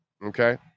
okay